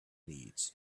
needs